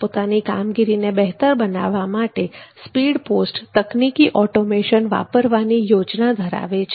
પોતાની કામગીરીને બહેતર બનાવવા માટે સ્પીડ પોસ્ટ તકનીકી ઓટોમેશન વાપરવાની યોજના ધરાવે છે